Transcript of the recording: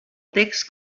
text